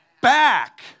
back